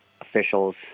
officials